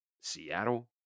Seattle